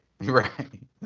Right